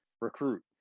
recruit